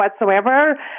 whatsoever